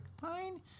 fine